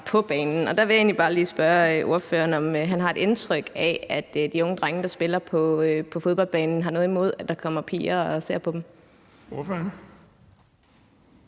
om det er hans indtryk, at de unge drenge, der spiller på fodboldbanen, har noget imod, at der kommer piger og ser på dem.